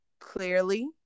Clearly